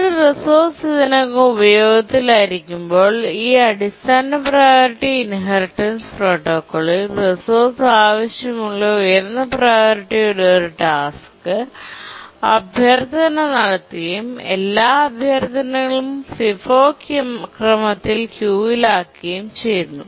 ഒരു റിസോഴ്സ് ഇതിനകം ഉപയോഗത്തിലായിരിക്കുമ്പോൾ ഈ അടിസ്ഥാന പ്രിയോറിറ്റി ഇൻഹെറിറ്റൻസ് പ്രോട്ടോക്കോളിൽ റിസോഴ്സ് ആവശ്യമുള്ള ഉയർന്ന പ്രിയോറിറ്റിയുള്ള ഒരു ടാസ്ക് അഭ്യർത്ഥന നടത്തുകയും എല്ലാ അഭ്യർത്ഥനകളും FIFO ക്രമത്തിൽ ക്യൂവിലാക്കുകയും ചെയ്യുന്നു